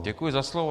Děkuji za slovo.